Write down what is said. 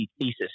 thesis